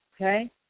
Okay